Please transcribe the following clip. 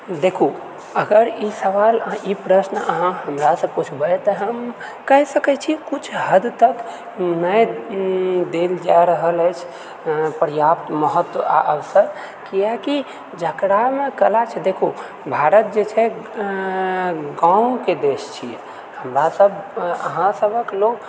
देखू अगर ई सवाल अहाँ ई प्रश्न अहाँ हमरासँ पूछबै तऽ हम कहि सकैत छी किछु हद तक नहि देल जाए रहल अछि पर्याप्त महत्त्व आ अवसर किआकि जकरामे कला छै देखू भारत जे छै गाँवके देश छिऐ हमरा सब अहाँ सभक लोग